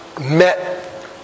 met